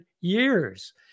years